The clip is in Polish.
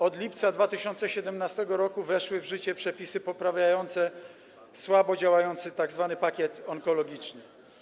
Od lipca 2017 r. weszły w życie przepisy poprawiające słabo działający tzw. pakiet onkologiczny.